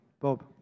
Bob